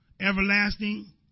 everlasting